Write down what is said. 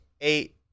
eight